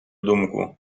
думку